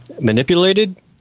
manipulated